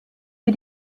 für